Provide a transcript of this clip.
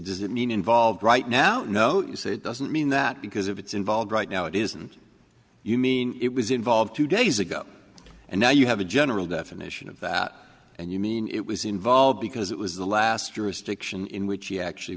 does it mean involved right now no you say it doesn't mean that because if it's involved right now it isn't you mean it was involved two days ago and now you have a general definition of that and you mean it was involved because it was the last jurisdiction in which you actually